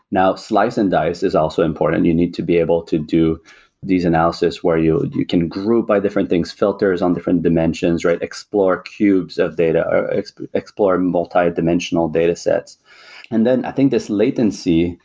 now slice and dice is also important. you need to be able to do these analysis where you you can group by different things, filters on different dimensions, right? explore cubes of data, or explore explore multi-dimensional data sets and then i think this latency,